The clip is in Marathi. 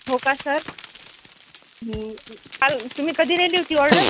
हो का सर काल तुम्ही कधी दिली होती ऑर्डर